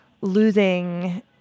losing